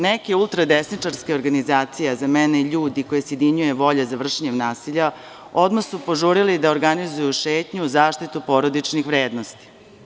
Neke ultradesničarske organizacije, a za mene ljudi koji sjedinjuje volja za vršenjem nasilja, odmah su požurili da organizuju šetnju u zaštitu porodičnih vrednosti.